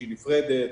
שהיא נפרדת,